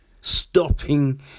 stopping